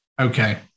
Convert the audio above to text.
Okay